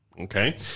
Okay